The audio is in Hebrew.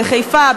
בחיפה,